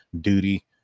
duty